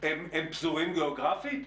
הם פזורים גיאוגרפית?